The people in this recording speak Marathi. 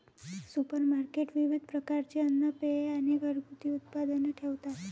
सुपरमार्केट विविध प्रकारचे अन्न, पेये आणि घरगुती उत्पादने ठेवतात